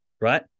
right